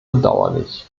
bedauerlich